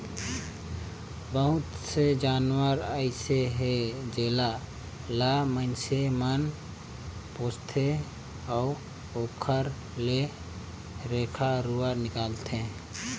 बहुत से जानवर अइसे हे जेला ल माइनसे मन पोसथे अउ ओखर ले रेखा रुवा निकालथे